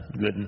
good